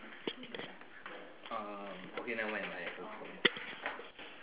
um okay nevermind I'm okay